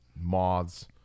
moths